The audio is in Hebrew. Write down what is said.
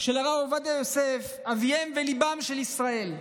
של הרב עובדיה יוסף אביהם וליבם של ישראל,